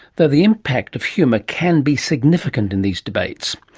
though the impact of humour can be significant in these debates.